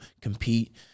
compete